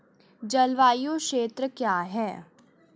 जलवायु क्षेत्र क्या है?